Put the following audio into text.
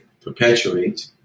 perpetuate